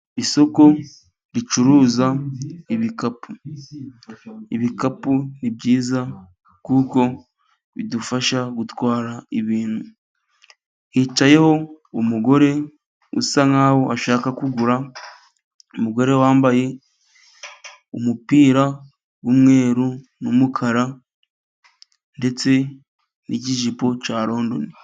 Isoko ricuruza ibikapu, ibikapu ni byiza kuko bidufasha gutwara ibintu, hicayeho umugore usa nkaho ashaka kugura, umugore wambaye umupira w'umweru n'umukara, ndetse n' ikijipo cya londoni.